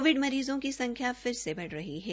Covid मरीजों की संख्या फिर से बढ़ रही है